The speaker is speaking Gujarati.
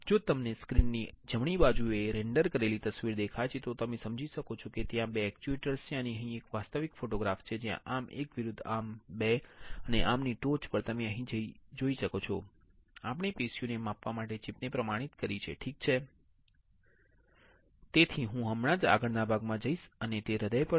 જો તમને સ્ક્રીન ની જમણી બાજુએ રેન્ડર કરેલી તસવીર દેખાય છે તો તમે સમજી શકો છો કે ત્યાં બે એક્ચ્યુએટરસ છે અને અહીં એક વાસ્તવિક ફોટોગ્રાફ છે જ્યાં આર્મ 1 વિરુદ્ધ આર્મ 2 છે અને આ આર્મ ની ટોચ પર તમે અહીં જોઈ શકો છો કે આપણે પેશીને માપવા માટે ચિપ ને પ્રમાણિત કરી છે ઠીક છે તેથી હું હમણાં જ આગળના ભાગમાં જઈશ અને તે હૃદય પર છે